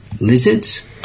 lizards